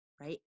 right